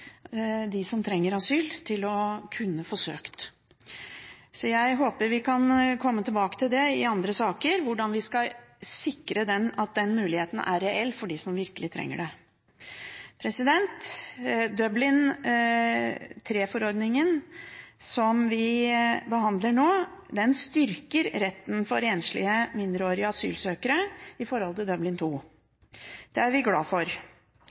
de som trenger asyl, i å kunne få søkt. Så jeg håper vi i andre saker kan komme tilbake hvordan vi skal sikre at den muligheten er reell for dem som virkelig trenger det. Dublin III-forordningen, som vi behandler nå, styrker retten for enslige mindreårige asylsøkere i forhold til Dublin II. Det er vi glad for.